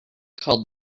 called